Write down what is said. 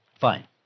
Fine